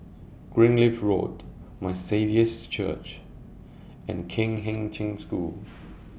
Greenleaf Road My Saviour's Church and Kheng Cheng School